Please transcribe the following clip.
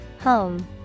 Home